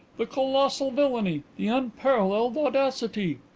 the colossal villainy, the unparalleled audacity!